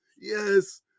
Yes